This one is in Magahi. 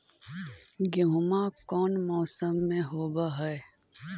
गेहूमा कौन मौसम में होब है?